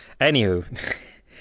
Anywho